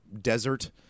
desert